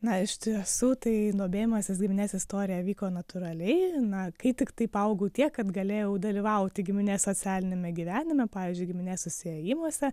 na iš tiesų tai domėjimasis giminės istorija vyko natūraliai na kai tiktai paaugau tiek kad galėjau dalyvauti giminės socialiniame gyvenime pavyzdžiui giminės susiėjimuose